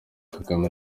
kagame